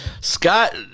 scott